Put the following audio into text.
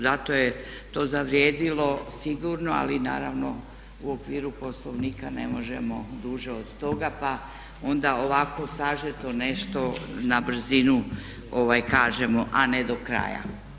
Zato je to zavrijedilo sigurno, ali i naravno u okviru Poslovnika ne možemo duže od toga, pa onda ovako sažeto nešto na brzinu kažemo, a ne do kraja.